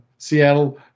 Seattle